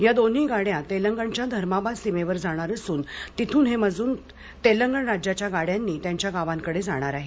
या दोन्ही गाड्या तेलंगणाच्या धर्माबाद सीमेवर जाणार असून तिथून हे मजूर तेलंगण राज्याच्या गाड्यांनी त्यांच्या गावाकडे जाणार आहेत